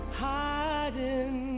hiding